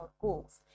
goals